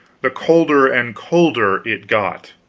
the colder and colder it got.